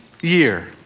year